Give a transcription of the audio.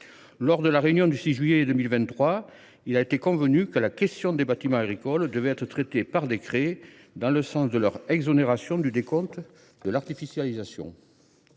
mixte paritaire, le 6 juillet 2023, il a été décidé que la question des bâtiments agricoles devait être traitée par décret, dans le sens de leur exonération du décompte de l’artificialisation.